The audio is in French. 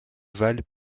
val